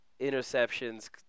interceptions